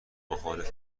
مخالف